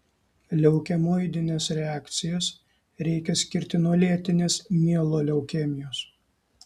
leukemoidines reakcijas reikia skirti nuo lėtinės mieloleukemijos